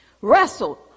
Wrestled